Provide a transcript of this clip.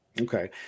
Okay